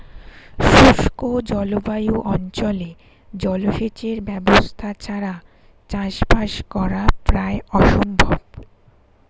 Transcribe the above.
শুষ্ক জলবায়ু অঞ্চলে জলসেচের ব্যবস্থা ছাড়া চাষবাস করা প্রায় অসম্ভব